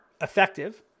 effective